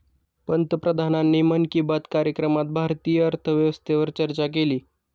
पंतप्रधानांनी मन की बात कार्यक्रमात भारतीय अर्थव्यवस्थेवर चर्चा केली